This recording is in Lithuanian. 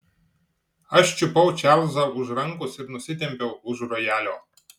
aš čiupau čarlzą už rankos ir nusitempiau už rojalio